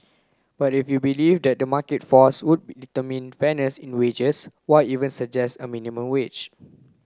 but if you believe that the market force would determine fairness in wages why even suggest a minimum wage